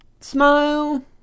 smile